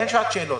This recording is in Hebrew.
אין שעת שאלות.